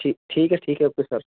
ਠੀ ਠੀਕ ਐ ਠੀਕ ਐ ਓਕੇ ਸਰ